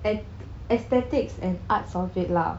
and aesthetics and arts of it lah